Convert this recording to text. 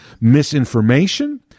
misinformation